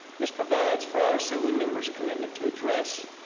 this provides for our assembly members' commitment to address